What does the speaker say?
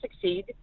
succeed